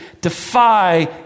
defy